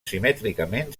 simètricament